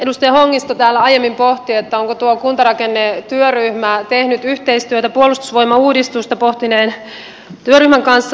edustaja hongisto täällä aiemmin pohti onko tuo kuntarakennetyöryhmä tehnyt yhteistyötä puolustusvoimauudistusta pohtineen työryhmän kanssa